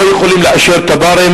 לא יכולים לאשר תב"רים,